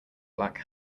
black